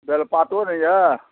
बेलपातो ने यऽ